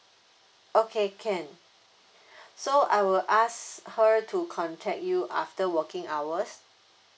okay can so I will ask her to contact you after working hours